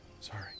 sorry